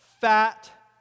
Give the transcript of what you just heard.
fat